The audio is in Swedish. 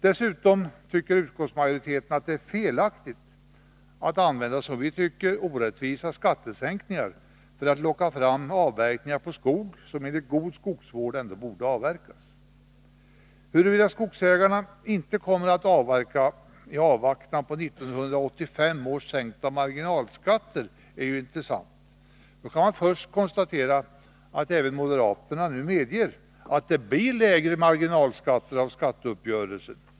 Dessutom tycker utskottsmajoriteten att det är felaktigt att använda, som vi anser, orättvisa skattesänkningar för att locka fram avverkning av skog som enligt god skogsvård ändå borde avverkas. Huruvida skogsägarna inte kommer att avverka i avvaktan på 1985 års sänkta marginalskatter är en intressant fråga. Då kan man först konstatera att även moderaterna nu medger att det blir lägre marginalskatter med anledning av skatteuppgörelsen.